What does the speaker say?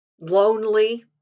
lonely